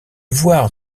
voir